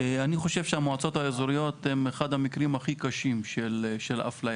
אני חושב שהמועצות האזוריות הן אחד המקרים הכי קשים של אפליה.